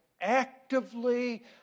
actively